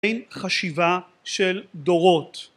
אין חשיבה של דורות